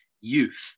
youth